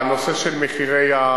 הנושא של המחירים.